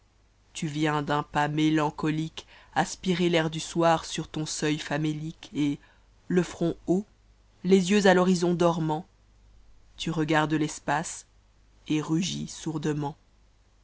tu viens d'un pas m iaacohqae aspirer l'air du soir sur ton seuil famélique et le front haut les yenx à l'horizon dormant tu regardes respaee et rugis